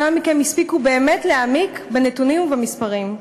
כמה מכם הספיקו באמת להעמיק בנתונים ובמספרים.